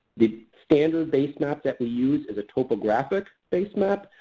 the standard base map that we use is a topographic base map,